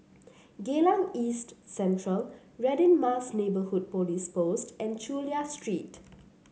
Geylang East Central Radin Mas Neighbourhood Police Post and Chulia Street